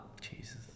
Jesus